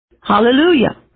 Hallelujah